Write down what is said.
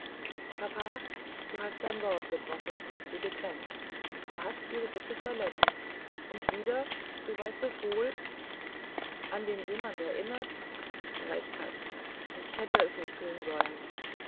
papa du hast dein wort gebrochen und sie gekränkt du hast ihre bitte verletzt und wieder du weißt es wohl an den jemand erinnert hast recht ich hätte es nicht tun sollen